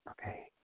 Okay